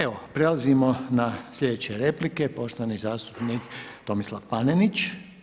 Evo, prelazimo na sljedeće replike poštovani zastupnik Tomislav Panenić.